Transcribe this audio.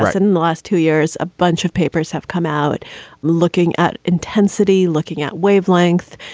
yes. in the last two years, a bunch of papers have come out looking at intensity, looking at wavelength,